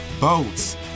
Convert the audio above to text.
boats